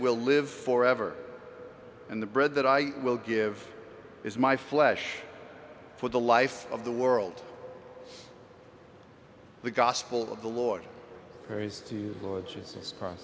will live forever and the bread that i will give is my flesh for the life of the world the gospel of the lord